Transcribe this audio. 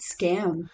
scam